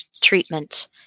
treatment